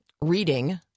reading